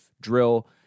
drill